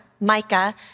Micah